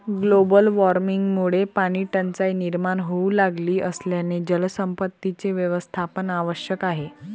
global वॉर्मिंगमुळे पाणीटंचाई निर्माण होऊ लागली असल्याने जलसंपत्तीचे व्यवस्थापन आवश्यक आहे